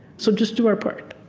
so just do our part